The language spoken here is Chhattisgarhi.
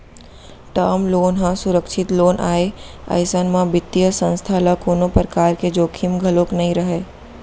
टर्म लोन ह सुरक्छित लोन आय अइसन म बित्तीय संस्था ल कोनो परकार के जोखिम घलोक नइ रहय